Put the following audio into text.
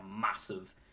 massive